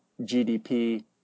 GDP